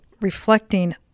reflecting